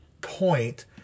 point